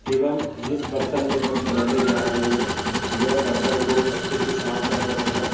एवम जिस बर्तन में हम बनाने जा रहे हैं वह बर्तन को अच्छे से साफ करना होगा